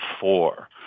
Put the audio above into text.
four